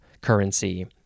currency